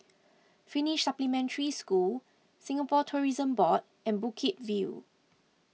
Finnish Supplementary School Singapore Tourism Board and Bukit View